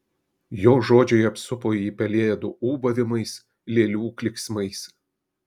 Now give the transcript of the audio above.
jos žodžiai apsupo jį pelėdų ūbavimais lėlių klyksmais